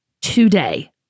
today